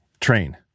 train